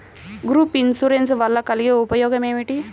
Group insurance వలన కలిగే ఉపయోగమేమిటీ?